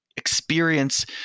experience